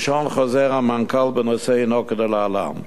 לשון חוזר המנכ"ל בנושא הינה כלהלן,